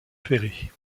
perret